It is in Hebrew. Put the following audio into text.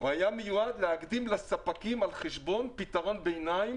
הם היו מיועדים להקדים לספקים על חשבון פתרון ביניים